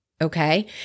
okay